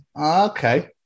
Okay